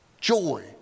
joy